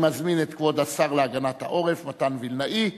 אני מזמין את כבוד השר להגנת העורף, מתן וילנאי,